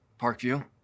Parkview